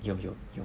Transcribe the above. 有有有